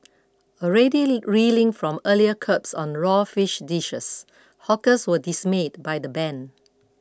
already reeling from earlier curbs on raw fish dishes hawkers were dismayed by the ban